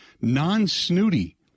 non-snooty